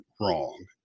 wrong